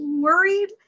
worried